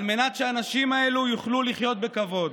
על מנת שהנשים האלו יוכלו לחיות בכבוד.